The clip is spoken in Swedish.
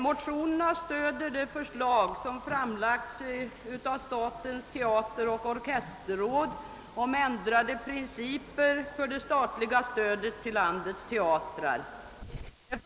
Motionerna stöder det förslag som framlagts av statens teateroch orkesterråd om ändrade principer för det statliga stödet till landets teatrar.